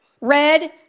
red